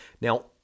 now